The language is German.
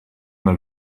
mal